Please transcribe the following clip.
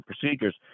procedures